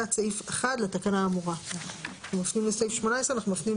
אנחנו נקרא